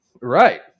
right